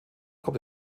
kommt